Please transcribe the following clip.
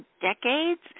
decades